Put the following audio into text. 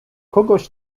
kogoś